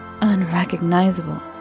unrecognizable